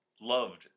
loved